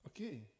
Okay